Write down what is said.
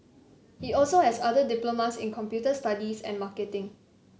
he also has other diplomas in computer studies and marketing